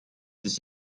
this